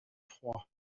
froid